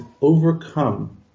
overcome